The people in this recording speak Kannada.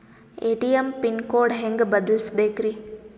ಎ.ಟಿ.ಎಂ ಪಿನ್ ಕೋಡ್ ಹೆಂಗ್ ಬದಲ್ಸ್ಬೇಕ್ರಿ?